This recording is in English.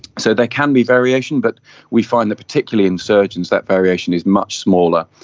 so there can be variation but we find that particularly in surgeons that variation is much smaller,